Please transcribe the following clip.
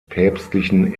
päpstlichen